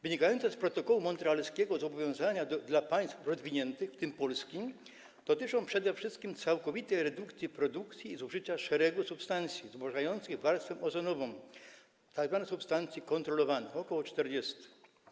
Wynikające z protokołu montrealskiego zobowiązania dla państw rozwiniętych, w tym Polski, dotyczą przede wszystkim całkowitej redukcji produkcji i zużycia szeregu substancji zubożających warstwę ozonową, tzw. substancji kontrolowanych, których jest ok. 40.